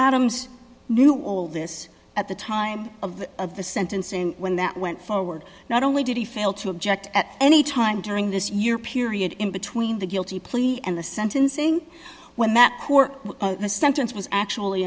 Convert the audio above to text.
adams knew all this at the time of the of the sentencing when that went forward not only did he fail to object at any time during this year period in between the guilty plea and the sentencing when that were the sentence was actually